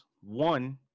One